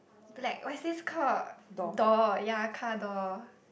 black what's this called door yea car door